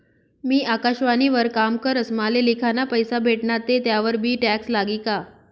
मी आकाशवाणी वर काम करस माले लिखाना पैसा भेटनात ते त्यावर बी टॅक्स लागी का?